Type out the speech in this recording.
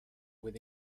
with